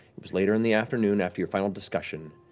it was later in the afternoon after your final discussion.